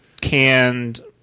canned